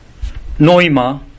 Noima